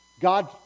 God